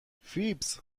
فیبز